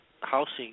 housing